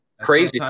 Crazy